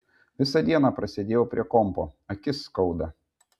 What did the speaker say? visą dieną prasėdėjau prie kompo akis skauda